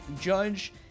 judge